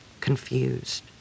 confused